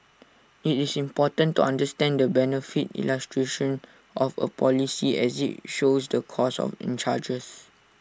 IT is important to understand the benefit illustration of A policy as IT shows the costs of in charges